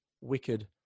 wicked